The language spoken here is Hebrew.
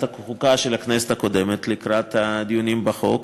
החוקה של הכנסת הקודמת לקראת ההצבעות בחוק,